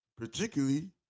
particularly